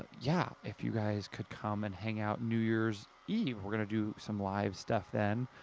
yeah. if you guys could come and hang out new year's eve, we're gonna do some live stuff then.